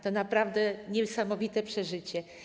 To naprawdę niesamowite przeżycie.